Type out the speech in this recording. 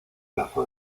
plazo